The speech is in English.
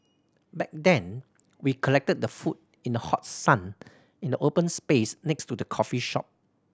back then we collected the food in the hot sun in the open space next to the coffee shop